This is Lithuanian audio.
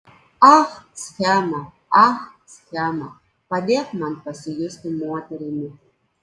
ach schema ach schema padėk man pasijusti moterimi